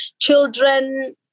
children –